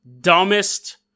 dumbest